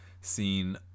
seen